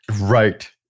Right